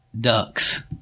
ducks